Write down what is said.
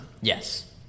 Yes